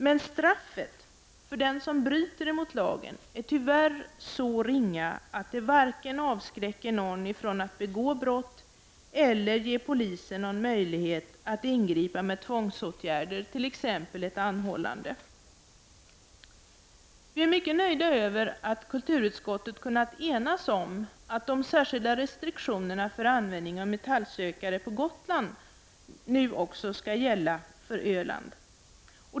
Men straffet för den som bryter emot lagen är tyvärr så ringa att det varken avskräcker någon från att begå brott eller ger polisen någon möjlighet att ingripa med tvångsåtgärder, t.ex. anhållande. Vi är mycket nöjda med att kulturutskottet kunnat enas om att de särskilda restriktionerna för användning av metallsökare på Gotland nu också skall gälla för Öland.